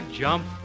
jump